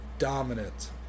Dominant